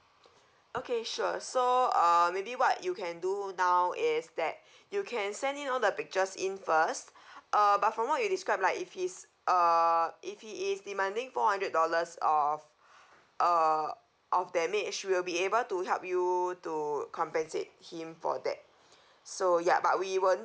okay sure so uh maybe what you can do now is that you can send in all the pictures in first uh but from what you describe like if he's uh if he is demanding four hundred dollars of uh of damage we'll be able to help you to compensate him for that so yup but we will